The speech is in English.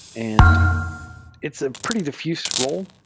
and it's a pretty diffused ro